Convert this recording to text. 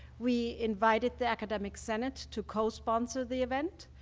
we invited the academic senate to cosponsor the event.